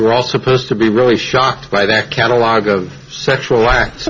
we're all supposed to be really shocked by that catalogue of sexual acts